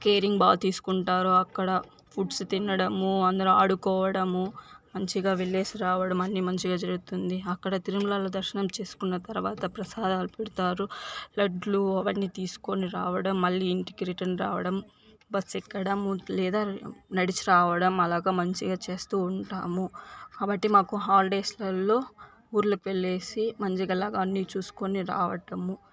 caring బాగా తీసుకుంటారు అక్కడ ఫుడ్స్ తినడము అందరూ ఆడుకోవడము మంచిగా వెళ్లేసి రావడం అన్ని మంచిగా జరుగుతుంది అక్కడ తిరుమలలో దర్శనం చేసుకున్న తర్వాత ప్రసాదాలు పెడతారు లడ్లు అవన్నీ తీసుకొని రావడం మళ్ళీ ఇంటికి రిటన్ రావడం బస్సు ఎక్కడం లేదా నడిచి రావడం అలాగా మంచిగా చేస్తూ ఉంటాము కాబట్టి మాకు హాలిడేస్లలో ఊరులకు వెళ్లేసి మంచిగల అన్ని చూసుకొని రావడము